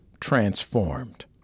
transformed